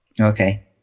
Okay